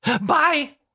Bye